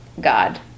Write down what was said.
God